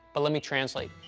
but let me translate.